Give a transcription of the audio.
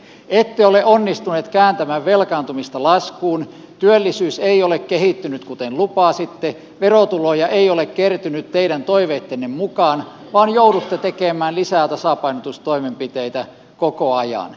ette ole onnistuneet kääntämään velkaantumista laskuun työllisyys ei ole kehittynyt kuten lupasitte verotuloja ei ole kertynyt teidän toiveittenne mukaan vaan joudutte tekemään lisää tasapainotustoimenpiteitä koko ajan